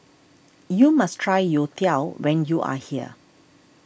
you must try Youtiao when you are here